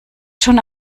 schon